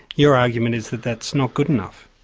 your argument is that that's not good enough.